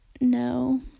no